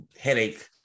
headache